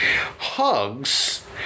Hugs